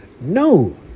No